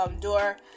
door